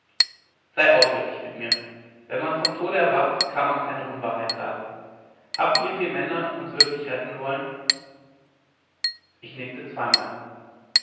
sei aufrichtig mit mir wenn man vom tode erwacht kann man keine unwahrheit sagen habt ihr vier männer uns wirklich retten wollen ich nickte zweimal